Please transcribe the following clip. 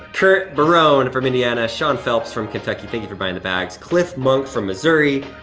kurt barone from indiana, shaun phelps from kentucky, thank you for buying the bags. cliff monk from missouri,